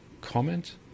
comment